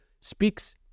speaks